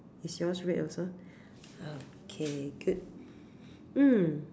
is yours red also okay good mm